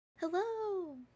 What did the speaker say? Hello